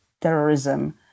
terrorism